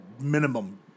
minimum